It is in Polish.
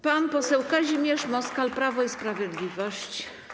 Pan poseł Kazimierz Moskal, Prawo i Sprawiedliwość.